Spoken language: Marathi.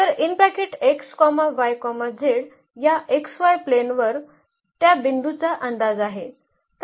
तर या xy प्लेनवर त्या बिंदूचा अंदाज आहे